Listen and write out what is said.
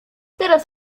teraz